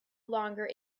longer